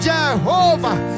Jehovah